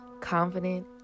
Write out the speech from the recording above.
confident